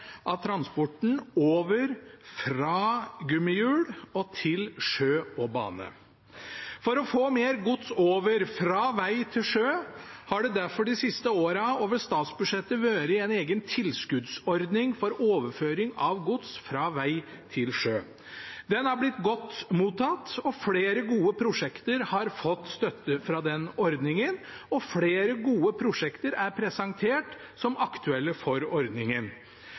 av transporten over fra gummihjul og til sjø og bane. For å få mer gods over fra veg til sjø har det derfor de siste årene over statsbudsjettet vært en egen tilskuddsordning for overføring av gods fra veg til sjø. Den har blitt godt mottatt – flere gode prosjekter har fått støtte fra den ordningen, og flere gode prosjekter er presentert som aktuelle for ordningen.